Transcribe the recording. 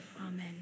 Amen